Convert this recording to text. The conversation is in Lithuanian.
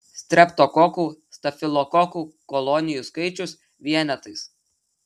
streptokokų stafilokokų kolonijų skaičius vienetais